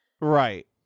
right